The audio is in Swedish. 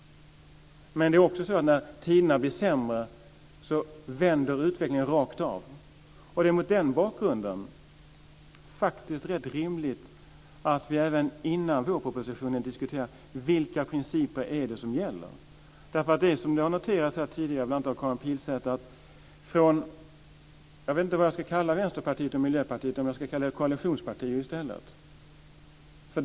Men när tiderna blir sämre vänder utvecklingen rakt av. Det är mot den bakgrunden faktiskt rätt rimligt att vi även före vårpropositionen diskuterar vilka principer det är som gäller. Det är som bl.a. Karin Pilsäter har noterat här tidigare. Jag vet inte vad jag ska kalla Vänsterpartiet och Miljöpartiet. Ska jag kalla dem koalitionspartier i stället?